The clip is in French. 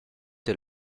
dès